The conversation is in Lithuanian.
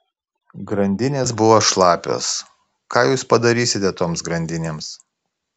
grandinės buvo šlapios ką jūs padarysite toms grandinėms